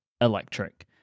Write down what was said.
Electric